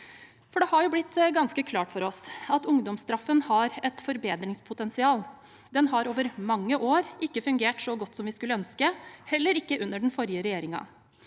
for – det har jo blitt ganske klart for oss at ungdomsstraffen har et forbedringspotensial. Den har over mange år ikke fungert så godt som vi skulle ønske, heller ikke under den forrige regjeringen.